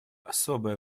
особое